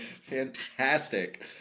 fantastic